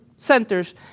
centers